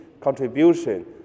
contribution